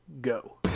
go